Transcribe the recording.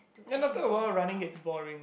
and after a while running gets boring